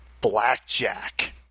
Blackjack